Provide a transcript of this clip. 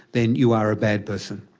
then you are a bad person.